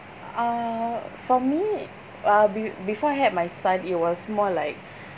uh for me uh be~ before I had my son it was more like